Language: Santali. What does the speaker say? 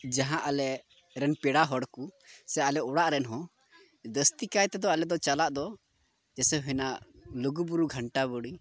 ᱡᱟᱦᱟᱸ ᱟᱞᱮ ᱨᱮᱱ ᱯᱮᱲᱟ ᱦᱚᱲ ᱠᱚ ᱥᱮ ᱟᱞᱮ ᱚᱲᱟᱜ ᱨᱮᱱ ᱦᱚᱸ ᱡᱟᱹᱥᱛᱤ ᱠᱟᱭ ᱛᱮᱫᱚ ᱟᱞᱮ ᱫᱚ ᱪᱟᱞᱟᱜ ᱦᱚᱸ ᱡᱮᱭᱥᱮ ᱦᱩᱭᱱᱟ ᱞᱩᱜᱩ ᱵᱩᱨᱩ ᱜᱷᱟᱱᱴᱟ ᱵᱟᱲᱮ